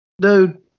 Dude